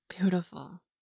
Beautiful